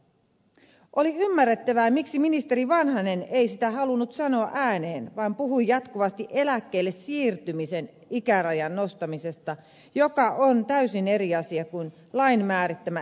oli ymmärrettävää miksi ministeri vanhanen ei sitä halunnut sanoa ääneen vaan puhui jatkuvasti eläkkeelle siirtymisen ikärajan nostamisesta joka on täysin eri asia kuin lain määrittämä eläkkeen alaraja